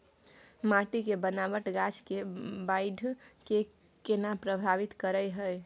माटी के बनावट गाछ के बाइढ़ के केना प्रभावित करय हय?